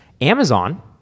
Amazon